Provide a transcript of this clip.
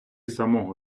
самого